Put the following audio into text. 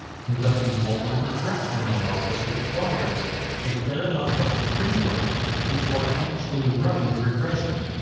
conducting multiple regression analysis requires a fair amount of pre-work before actually running the regression.